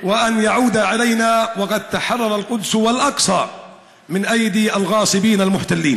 ואת בני עמנו בפנים פלסטין במיוחד לרגל החודש המבורך הזה.